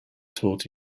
taught